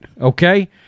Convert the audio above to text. okay